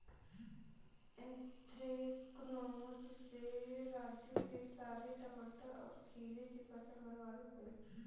anthracnose से राजू के सारे टमाटर और खीरे की फसल बर्बाद हो गई